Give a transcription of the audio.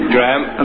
Graham